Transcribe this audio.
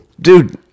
Dude